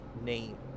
name